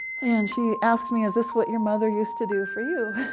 and she asked me, is this what your mother used to do for you?